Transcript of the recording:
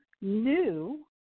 new